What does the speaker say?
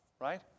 right